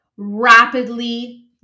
Rapidly